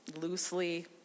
loosely